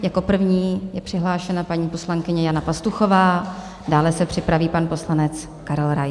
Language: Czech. Jako první je přihlášena paní poslankyně Jana Pastuchová, dále se připraví pan poslanec Karel Rais.